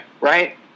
Right